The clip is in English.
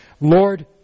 Lord